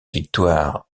victoire